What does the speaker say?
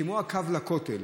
כמו הקו לכותל,